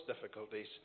difficulties